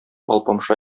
алпамша